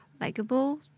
Likeable